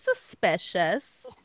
suspicious